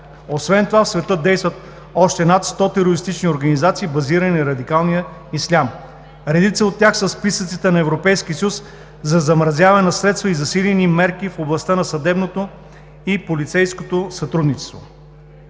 Освен това в света действат още над 100 терористични организации, базирани на радикалния ислям. Редица от тях са в списъците на Европейския съюз за замразяване на средства и засилени мерки в областта на съдебното и полицейското сътрудничество.